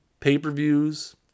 pay-per-views